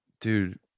Dude